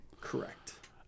Correct